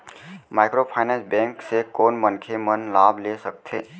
Microfinance bank से कोन मनखे मन लाभ ले सकथे?